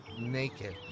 naked